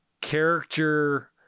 character